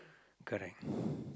correct